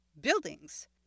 buildings